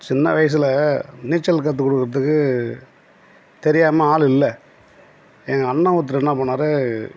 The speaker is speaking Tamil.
சின்ன வயசில் நீச்சல் கற்றுக் கொடுக்கறதுக்கு தெரியாமல் ஆள் இல்லை எங்கள் அண்ணன் ஒருத்தர் என்ன பண்ணாரு